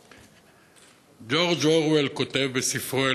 ג'ורג' אורוול כותב בספרו,